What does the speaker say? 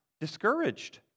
discouraged